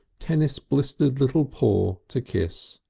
tennis-blistered little paw to kiss.